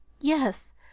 Yes